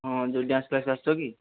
ହଁ ଯେଉଁ dance class ଆସୁଛ କି